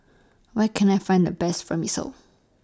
Where Can I Find The Best Vermicelli